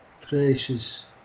precious